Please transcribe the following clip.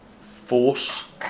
force